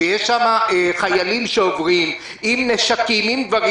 שיש שם חיילים שעוברים עם נשקים וכן הלאה?